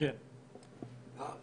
בעצם,